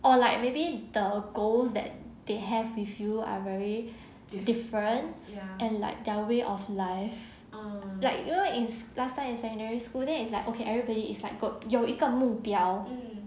or like maybe the goals that they have with you are very different and like their way of life like you know it's last time in secondary school then is like okay everybody is like got 有一个目标